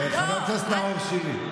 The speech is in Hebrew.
כולכם צבועים.